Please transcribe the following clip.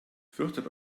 fürchtet